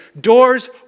Doors